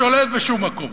האיש הזה לא שולט בשום מקום.